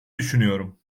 düşünüyorum